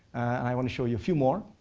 i want to show you a few more.